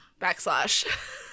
backslash